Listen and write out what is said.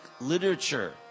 literature